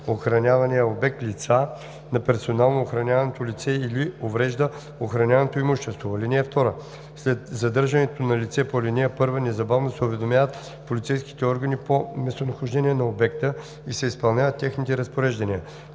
задържането на лице по ал. 1 незабавно се уведомяват полицейските органи по местонахождение на обекта и се изпълняват техните разпореждания.